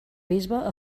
bisbe